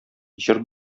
җыр